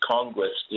Congress